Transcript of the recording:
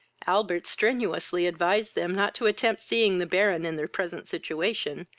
albert strenously advised them not to attempt seeing the baron in their present situation,